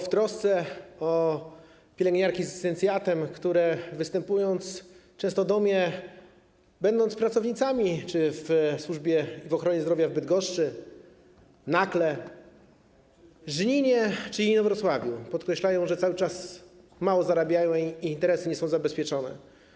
W trosce o pielęgniarki z licencjatem, które występując często do mnie, będąc pracownicami w służbie i w ochronie zdrowia w Bydgoszczy, Nakle, Żninie czy Inowrocławiu, podkreślają, że cały czas mało zarabiają i ich interesy nie są zabezpieczone.